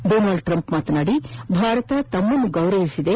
Donald Trump ಮಾತನಾಡಿ ಭಾರತ ತಮ್ನನ್ನು ಗೌರವಿಸಿದೆ